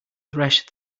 thresh